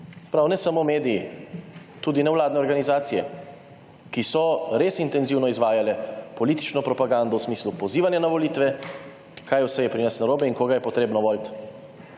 pravi ne samo mediji, tudi nevladne organizacije, ki so res intenzivno izvajale politično propagando z smislu pozivanja na volitve, kaj vse je pri nas narobe in koga je treba voliti